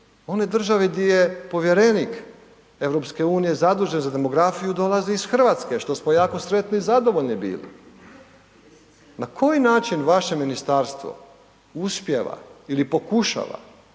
One države di je povjerenik EU-a zadužen za demografiju dolazi iz Hrvatske, što smo jako sretni i zadovoljni bili? Na koji način vaše ministarstvo uspijeva ili pokušava